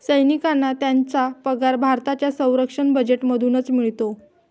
सैनिकांना त्यांचा पगार भारताच्या संरक्षण बजेटमधूनच मिळतो